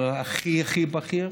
אבל הכי הכי בכיר,